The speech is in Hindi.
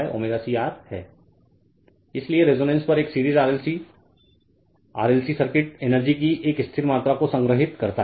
Refer Slide Time 1747 इसलिए रेजोनेंस पर एक series RLC series RLC circuit energy की एक स्थिर मात्रा को संग्रहीत करता है